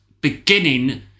beginning